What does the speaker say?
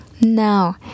Now